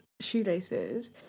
shoelaces